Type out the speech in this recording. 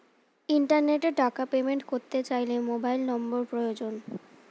ইন্টারনেটে টাকা পেমেন্ট করতে চাইলে মোবাইল নম্বর প্রয়োজন